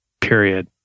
Period